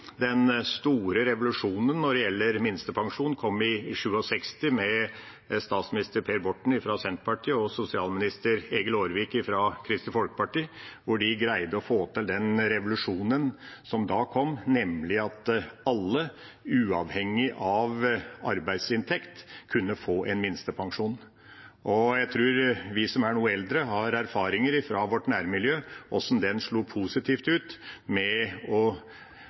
Den store revolusjonen når det gjelder minstepensjon, kom i 1967 med statsminister Per Borten fra Senterpartiet og sosialminister Egil Aarvik fra Kristelig Folkeparti. De greide å få til den revolusjonen som da kom, nemlig at alle, uavhengig av arbeidsinntekt, kunne få en minstepensjon. Jeg tror vi som er noe eldre, har noen erfaringer fra vårt nærmiljø for hvordan den slo positivt ut ved å